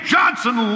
Johnson